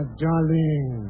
darling